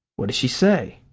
what does she say?